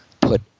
put